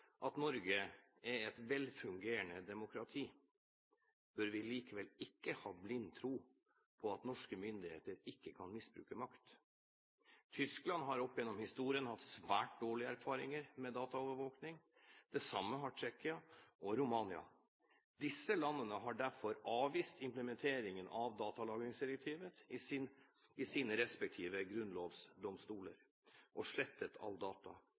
at Norge er et velfungerende demokrati, bør vi likevel ikke ha blind tro på at norske myndigheter ikke kan misbruke makt. Tyskland har opp gjennom historien hatt svært dårlige erfaringer med dataovervåking. Det samme har Tsjekkia og Romania. Disse landene har derfor avvist implementeringen av datalagringsdirektivet i sine respektive grunnlovsdomstoler, og har slettet all data.